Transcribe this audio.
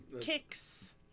Kicks